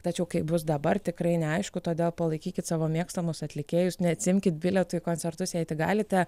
tačiau kaip bus dabar tikrai neaišku todėl palaikykit savo mėgstamus atlikėjus neatsiimkit bilietų į koncertus jei tik galite